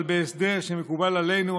אבל בהסדר שמקובל עלינו,